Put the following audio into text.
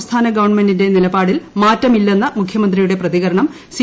സംസ്ഥാനഗവൺമെന്റിന്റെ നിലപാടിൽ മാറ്റമില്ലെന്ന മുഖ്യമന്ത്രിയുടെ പ്രതികരണം സി